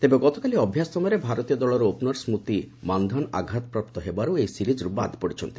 ତେବେ ଗତକାଲି ଅଭ୍ୟାସ ସମୟରେ ଭାରତୀୟ ଦଳର ଓପନର ସ୍କୁତି ମାନଧନ ଆଘାତପ୍ରାପ୍ତ ହେବାରୁ ଏହି ସିରିଜରୁ ବାଦ ପଡ଼ିଛନ୍ତି